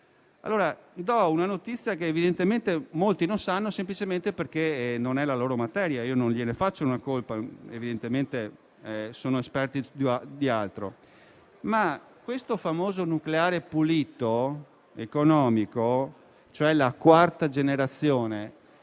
nucleare. Do una notizia che evidentemente molti non sanno, semplicemente perché non è la loro materia; non gliene faccio una colpa, evidentemente sono esperti di altro. Vi faccio presente che questo famoso nucleare pulito ed economico, cioè la quarta generazione,